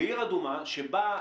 בעיר אדומה שבה,